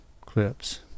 clips